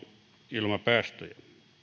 ilmastopäästöjä